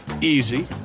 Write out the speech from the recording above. Easy